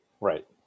Right